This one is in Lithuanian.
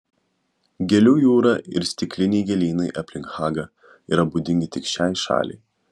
gėlių jūra ir stikliniai gėlynai aplink hagą yra būdingi tik šiai šaliai